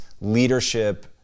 leadership